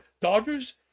Dodgers